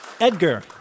Edgar